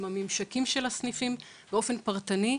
עם הממשקים של הסניפים באופן פרטני,